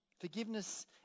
Forgiveness